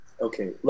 Okay